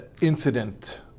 incident